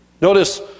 Notice